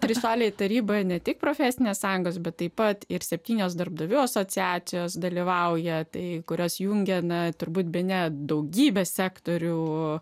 trišalė taryba ne tik profesinės sąjungos bet taip pat ir septynios darbdavių asociacijos dalyvauja tai kurias jungia na turbūt bene daugybę sektorių